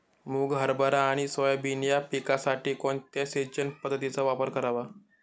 मुग, हरभरा आणि सोयाबीन या पिकासाठी कोणत्या सिंचन पद्धतीचा वापर करावा?